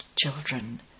children